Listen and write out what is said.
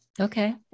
Okay